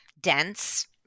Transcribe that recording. dense